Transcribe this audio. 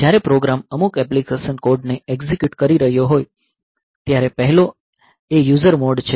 જ્યારે પ્રોગ્રામ અમુક એપ્લિકેશન કોડને એક્ઝિક્યુટ કરી રહ્યો હોય ત્યારે પહેલો એ યુઝર મોડ છે